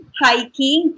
hiking